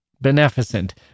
Beneficent